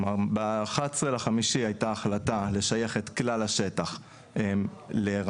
ב-11.5 הייתה החלטה לשייך את כלל השטח לרמלה,